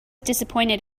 disappointed